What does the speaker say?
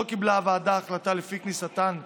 לא קיבלה הוועדה החלטה לפני כניסתן לתוקף,